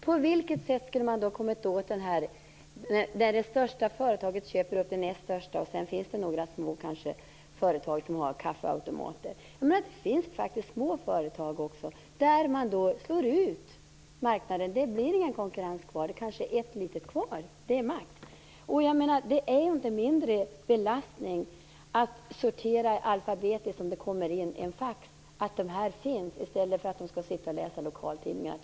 Herr talman! På vilket sätt skulle man komma åt detta att det största företaget köper upp det näst största, och så finns det kanske kvar några små företag som har kaffeautomater. Det finns faktiskt också små företag för vilka man slår ut marknaden. Det blir ingen konkurrens, det kanske finns max ett litet företag kvar. Det är mindre belastning att sortera in i alfabetisk ordning allteftersom meddelandena kommer in i stället att för att läsa lokaltidningarna.